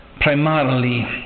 primarily